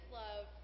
love